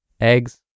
eggs